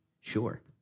sure